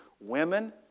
Women